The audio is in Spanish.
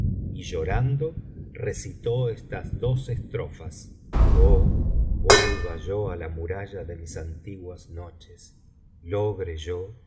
y llorando recitó estas dos x estrofas oh vuelva yo á la morada de mis antiguas noches logre yo